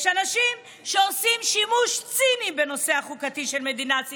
יש אנשים שעושים שימוש ציני בנושא החוקתי של מדינת ישראל.